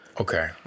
okay